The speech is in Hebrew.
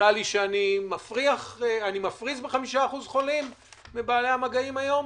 נראה לכם שאני מפריז באומרי 5% חולים מבעלי המגעים היום?